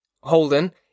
Holden